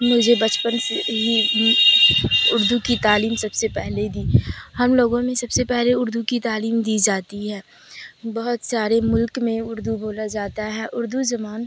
مجھے بچپن سے ہی اردو کی تعلیم سب سے پہلے دی ہم لوگوں میں سب سے پہلے اردو کی تعلیم دی جاتی ہے بہت سارے ملک میں اردو بولا جاتا ہے اردو زبان